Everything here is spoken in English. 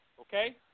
Okay